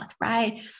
right